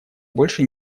больше